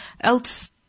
else